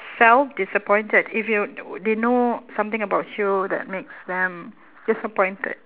self disappointed if you they know something about you that makes them disappointed